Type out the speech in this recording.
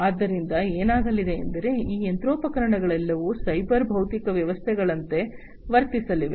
ಆದ್ದರಿಂದ ಏನಾಗಲಿದೆ ಎಂದರೆ ಈ ಯಂತ್ರೋಪಕರಣಗಳೆಲ್ಲವೂ ಸೈಬರ್ ಭೌತಿಕ ವ್ಯವಸ್ಥೆಗಳಂತೆ ವರ್ತಿಸಲಿವೆ